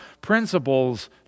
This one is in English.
principles